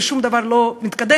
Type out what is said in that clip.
ושום דבר לא מתקדם,